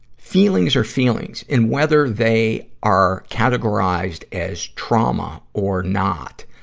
feelings are feelings, and whether they are categorized as trauma or not,